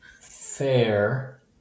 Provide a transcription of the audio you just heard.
fair